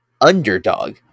underdog